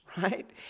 Right